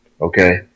Okay